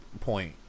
point